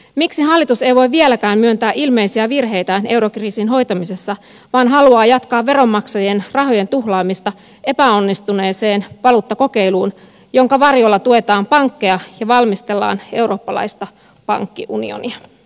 miksi hallitus ei voi vieläkään myöntää ilmeisiä virheitään eurokriisin hoitamisessa vaan haluaa jatkaa veronmaksajien rahojen tuhlaamista epäonnistuneeseen valuuttakokeiluun jonka varjolla tuetaan pankkeja ja valmistellaan eurooppalaista pankkiunionia